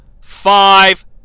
five